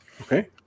Okay